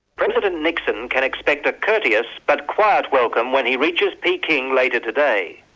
president nixon can expect a courteous, but quiet welcome when he reaches peking later today.